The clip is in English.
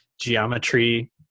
geometry